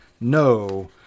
no